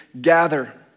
gather